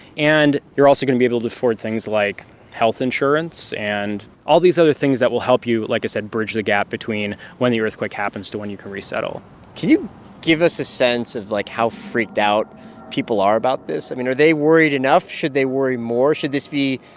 and you're also going to be able to afford things like health insurance and all these other things that will help you, like i said, bridge the gap between when the earthquake happens to when you can resettle can you give us a sense of, like, how freaked out people are about this? i mean, are they worried enough? should they worry more? should this be.